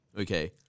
okay